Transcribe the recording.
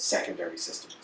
secondary system